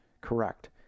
correct